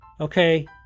Okay